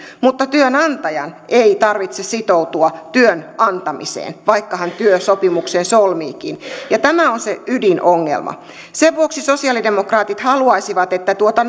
mutta työnantajan ei tarvitse sitoutua työn antamiseen vaikka hän työsopimuksen solmiikin ja tämä on se ydinongelma sen vuoksi sosiaalidemokraatit haluaisivat että tuota